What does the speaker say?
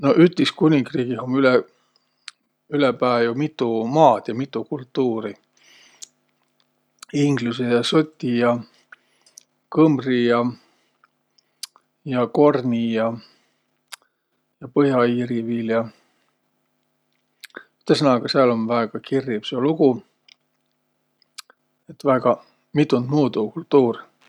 No Ütiskuningriigih um ülepää jo mitu maad ja mitu kultuuri: inglüse ja soti ja kõmri ja korni ja põh'a-iiri viil ja. Üte sõnaga sääl um väega kirriv seo lugu, et väega mitund muudu kultuur.